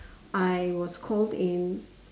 I was called in